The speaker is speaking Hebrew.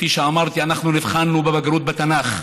כפי שאמרתי, אנחנו נבחנו בבגרות בתנ"ך,